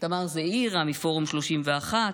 תמר זעירא מפורום 31,